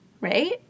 Right